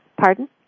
pardon